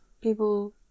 people